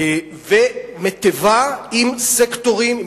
ומיטיבה עם סקטורים,